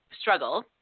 struggle